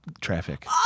Traffic